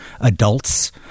adults